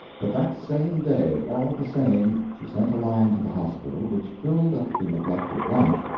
but that same day, all the same, she sent a line to the hospital which filled up the neglected blank,